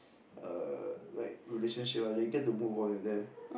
err like relationship ah like you get to move on with them